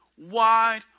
Wide